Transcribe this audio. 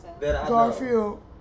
Garfield